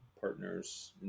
partners